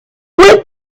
screw